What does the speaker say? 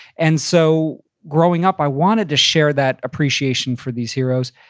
and so growing up, i wanted to share that appreciation for these heroes,